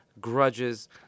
grudges